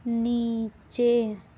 नीचे